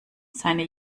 seine